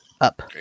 up